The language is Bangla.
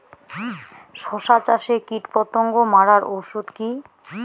শসা চাষে কীটপতঙ্গ মারার ওষুধ কি?